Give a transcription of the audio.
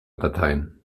dateien